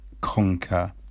Conquer